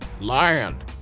land